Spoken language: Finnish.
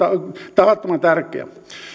tavattoman tärkeä